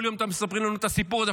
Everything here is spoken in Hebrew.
כל יום אתם מספרים לנו את הסיפור הזה.